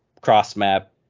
cross-map